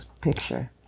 picture